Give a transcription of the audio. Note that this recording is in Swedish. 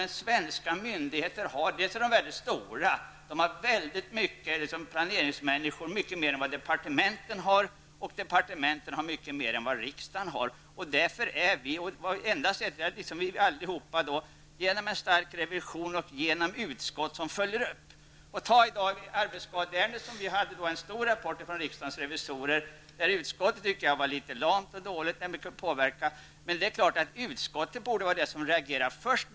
Men svenska myndigheter är mycket stora. På planeringssidan har man mycket mer än vad departementen har, och departementen har mycket mer än vad riksdagen har. Det enda sättet att åstadkomma något är att ha en stark revision och utskott som gör en uppföljning. I ett arbetsskadeärende finns det en omfattande rapport från riksdagens revisorer. Jag tycker att utskottet i fråga var litet lamt och dåligt. Det är ju de som sitter med i utskotten som borde vara de som reagerar först.